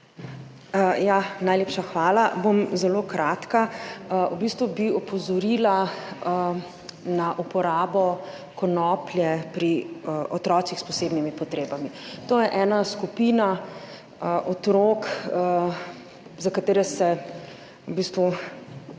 Najlepša hvala. Bom zelo kratka. V bistvu bi opozorila na uporabo konoplje pri otrocih s posebnimi potrebami. To je ena skupina otrok, za katere se v bistvu